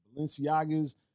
Balenciaga's